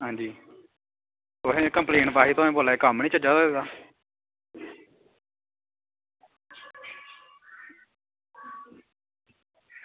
तुसें कम्पलेन पाई दी कम्म निं चज्ज दा होये दा